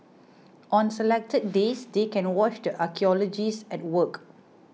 on selected days they can watch the archaeologists at work